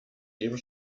eben